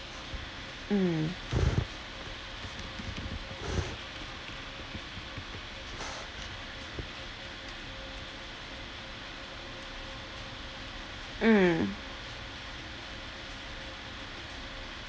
mm mm